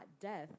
death